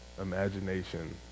imagination